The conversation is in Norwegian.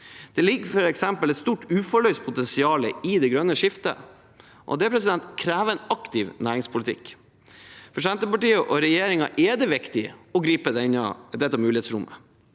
Det ligger f.eks. et stort, uforløst potensial i det grønne skiftet. Det krever en aktiv næringspolitikk. For Senterpartiet og regjeringen er det viktig å gripe dette mulighetsrommet.